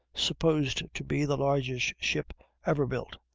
supposed to be the largest ship ever built,